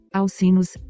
alcinos